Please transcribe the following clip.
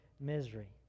misery